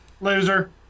Loser